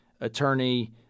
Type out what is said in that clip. attorney